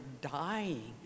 dying